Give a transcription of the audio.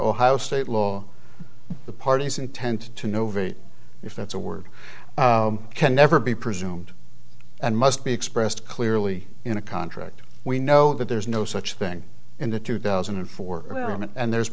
ohio state law the parties intend to nov eighth if that's a word can never be presumed and must be expressed clearly in a contract we know that there is no such thing in the two thousand and four and there's